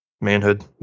manhood